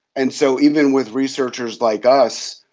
and so even with researchers like us,